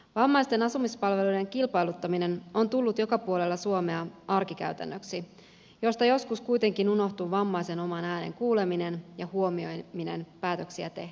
vammaisten asumispalveluiden kilpailuttaminen on tullut joka puolella suomea arkikäytännöksi josta joskus kuitenkin unohtuu vammaisen oman äänen kuuleminen ja huomioiminen päätöksiä tehtäessä